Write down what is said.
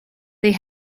they